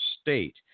State